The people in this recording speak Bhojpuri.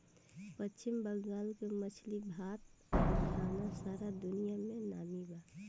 पश्चिम बंगाल के मछली भात आ खाना सारा दुनिया में नामी बा